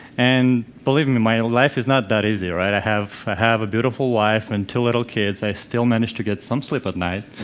and believe me, my life is not that easy right, i have ah have a beautiful wife and two little kids, i still manage to get some sleep at night,